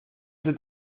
ese